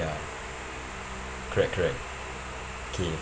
ya correct correct okay